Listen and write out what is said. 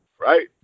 right